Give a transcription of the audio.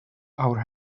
our